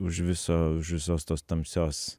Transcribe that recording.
už viso už visos tos tamsios